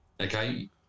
Okay